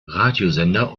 radiosender